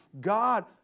God